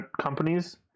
companies